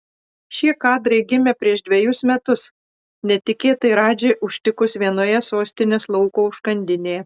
šie kadrai gimė prieš dvejus metus netikėtai radži užtikus vienoje sostinės lauko užkandinėje